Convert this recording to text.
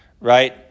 right